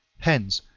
hence,